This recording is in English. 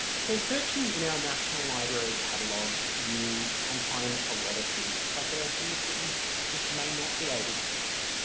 so searching in our national library catalogue you can find a lot of things but there are things that you just may not be able to find.